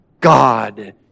God